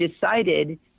decided